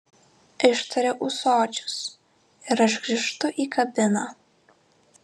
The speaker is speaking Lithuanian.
ištaria ūsočius ir aš grįžtu į kabiną